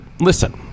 listen